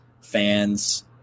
fans